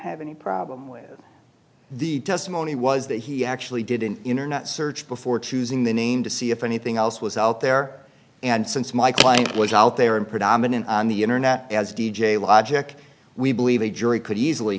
have any problem with the testimony was that he actually did an internet search before choosing the name to see if anything else was out there and since my client was out there in predominant on the internet as d j logic we believe a jury could easily